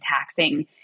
taxing